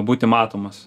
būti matomas